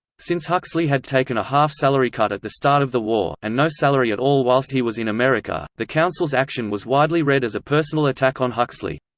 since huxley had taken a half-salary cut at the start of the war, and no salary at all whilst he was in america, the council's action was widely read as a personal attack on huxley.